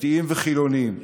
דתיים וחילונים,